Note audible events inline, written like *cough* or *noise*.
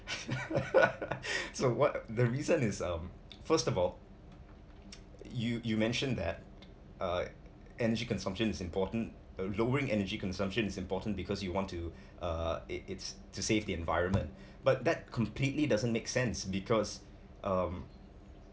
*laughs* so what the reason is um first of all *noise* you you mentioned that uh energy consumption is important uh lowering energy consumption is important because you want to uh it it's to save the environment but that completely doesn't make sense because um